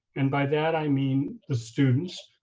and by that, i mean the students,